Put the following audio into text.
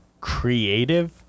creative